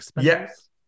Yes